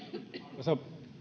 arvoisa